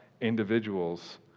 individuals